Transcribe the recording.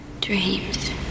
Dreams